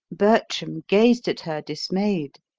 bertram gazed at her dismayed.